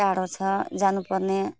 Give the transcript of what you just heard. टाढो छ जानुपर्ने